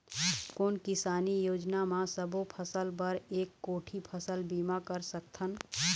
कोन किसानी योजना म सबों फ़सल बर एक कोठी फ़सल बीमा कर सकथन?